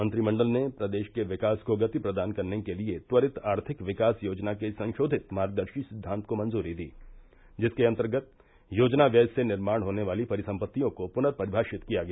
मंत्रिमंडल ने प्रदेश के विकास को गति प्रदान करने के लिए त्वरित आर्थिक विकास योजना के संशोधित मार्गदर्शी सिद्वांत को मंजूरी दी जिसके अन्तर्गत योजना व्यय से निर्माण होने वाली परिसम्पत्तियों को पूर्न परिभाषित किया गया